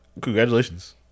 Congratulations